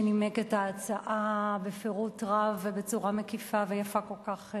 שנימק את ההצעה בפירוט רב ובצורה מקיפה ויפה כל כך,